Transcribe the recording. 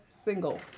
Single